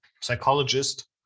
psychologist